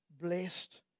blessed